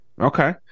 okay